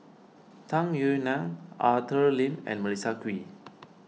Tung Yue Nang Arthur Lim and Melissa Kwee